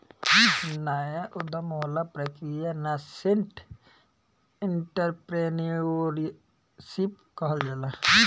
नाया उधम वाला प्रक्रिया के नासेंट एंटरप्रेन्योरशिप कहल जाला